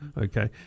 okay